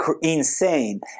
insane